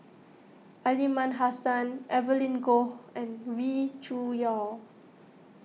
Aliman Hassan Evelyn Goh and Wee Cho Yaw